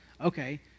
Okay